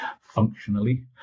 functionally